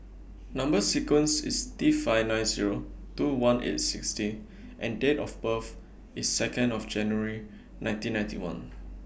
Number sequence IS T five nine Zero two one eight six D and Date of birth IS Second of January nineteen ninety one